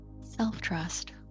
self-trust